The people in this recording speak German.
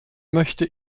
möchte